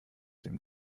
dem